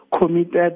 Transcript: committed